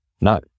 no